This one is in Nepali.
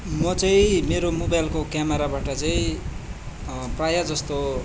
म चाहिँ मेरो मोबाइलको क्यामेराबाट चाहिँ प्राय जस्तो